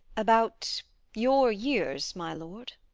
about your years, my lord.